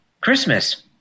Christmas